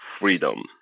freedom